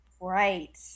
Right